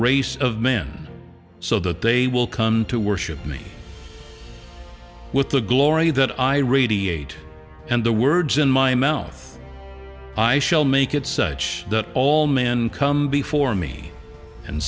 race of men so that they will come to worship me with the glory that i radiate and the words in my mouth i shall make it such that all men come before me and